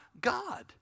God